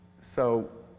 so